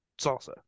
salsa